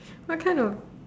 what kind of